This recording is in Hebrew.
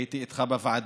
והייתי איתך בוועדה,